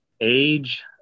age